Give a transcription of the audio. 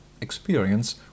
experience